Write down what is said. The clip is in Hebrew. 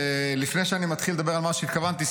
לפני שאני מתחיל לדבר על מה שהתכוונתי,